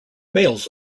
males